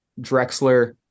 Drexler